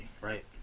right